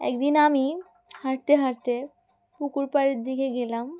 একদিন আমি হাঁটতে হাঁটতে পুকুর পাড়ের দিকে গেলাম